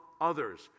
others